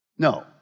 No